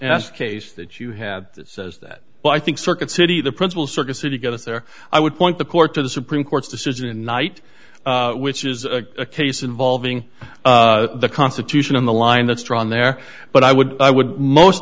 ask case that you had that says that well i think circuit city the principal circuit city get us there i would point the court to the supreme court's decision night which is a case involving the constitution on the line that's drawn there but i would i would most